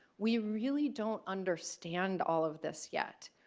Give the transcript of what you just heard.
we really don't understand all of this yet.